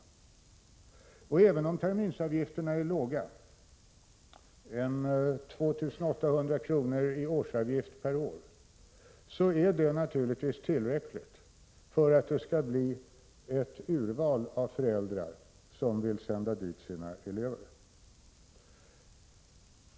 Jag vill tillägga att även om terminsavgifterna i dessa skolor är låga — det rör sig om en årsavgift på 2 800 kr. — är de naturligtvis tillräckligt höga för att det skall bli ett urval av föräldrar som vill sända dit sina barn.